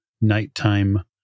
nighttime